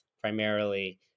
primarily